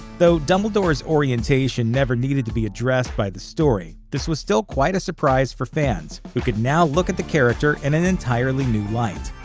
though dumbledore's orientation never needed to be addressed by the story, this was still quite a surprise for fans, who could now look at the character in an entirely new light.